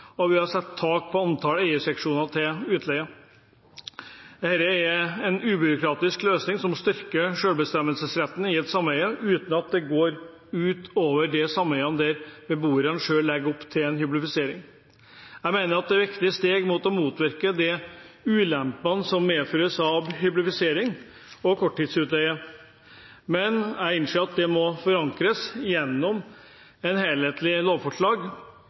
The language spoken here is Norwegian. utfordring. Vi ønsker å gi dem mulighet til å legge begrensninger på antallet leietagere i hver eierseksjon, bruk av eierseksjoner utover opprinnelig formål og sette tak på antall eierseksjoner til utleie. Dette er en ubyråkratisk løsning som styrker selvbestemmelsesretten i et sameie, uten at det går ut over de sameiene hvor beboerne selv legger opp til en hyblifisering. Jeg mener at dette er viktige steg for å motvirke de ulempene som hyblifisering og korttidsutleie medfører, men jeg